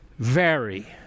vary